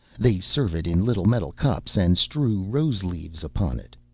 they serve it in little metal cups and strew rose leaves upon it.